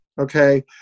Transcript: okay